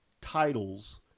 titles